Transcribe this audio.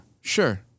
Sure